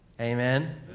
Amen